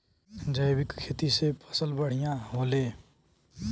जैविक खेती से फसल बढ़िया होले